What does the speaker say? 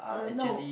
uh no